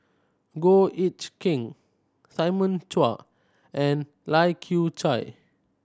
Goh Ech Kheng Simon Chua and Lai Kew Chai